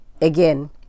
again